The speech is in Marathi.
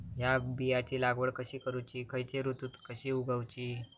हया बियाची लागवड कशी करूची खैयच्य ऋतुत कशी उगउची?